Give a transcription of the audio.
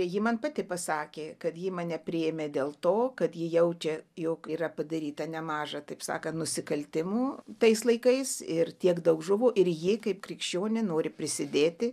ji man pati pasakė kad ji mane priėmė dėl to kad ji jaučia jog yra padaryta nemaža taip sakant nusikaltimų tais laikais ir tiek daug žuvo ir ji kaip krikščionė nori prisidėti